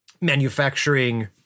manufacturing